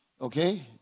okay